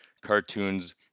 cartoons